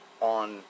on